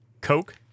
Coke